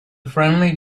friendly